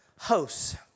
hosts